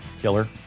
killer